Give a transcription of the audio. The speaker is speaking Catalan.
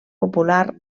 popular